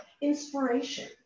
Inspiration